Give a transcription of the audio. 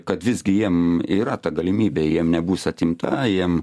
kad visgi jiem yra ta galimybė jiem nebus atimta jiem